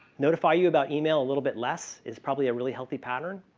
notify you about email a little bit less is probably a really healthy pattern.